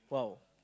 !wow!